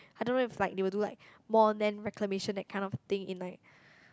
I don't know if like they will do like more land reclamation that kind of thing in like